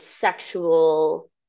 sexual